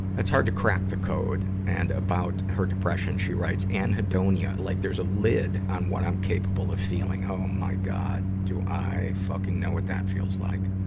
it's hard to crack the code. and about her depression, she writes, anhedonia, like there's a lid on what i'm capable of feeling. oh um my god! do i fucking know what the feels like.